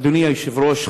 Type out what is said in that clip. אדוני היושב-ראש,